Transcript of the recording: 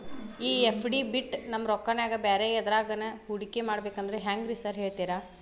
ಈ ಎಫ್.ಡಿ ಬಿಟ್ ನಮ್ ರೊಕ್ಕನಾ ಬ್ಯಾರೆ ಎದ್ರಾಗಾನ ಹೂಡಿಕೆ ಮಾಡಬೇಕಂದ್ರೆ ಹೆಂಗ್ರಿ ಸಾರ್ ಹೇಳ್ತೇರಾ?